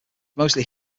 mostly